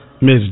Miss